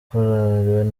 korali